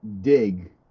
dig